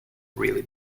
really